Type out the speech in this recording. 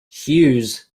hughes